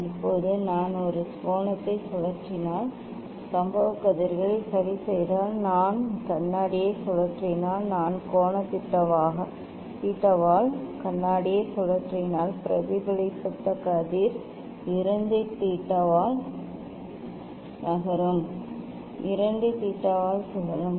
இப்போது நான் ஒரு கோணத்தை சுழற்றினால் சம்பவ கதிர்களை சரி செய்தால் நான் கண்ணாடியை சுழற்றினால் நான் கோண தீட்டாவால் கண்ணாடியைச் சுழற்றினால் பிரதிபலித்த கதிர் 2 தீட்டாவால் நகரும் 2 தீட்டாவால் சுழலும்